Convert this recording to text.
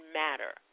matter